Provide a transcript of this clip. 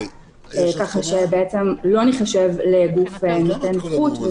ככה שבעצם לא ניחשב לגוף נותן זכות,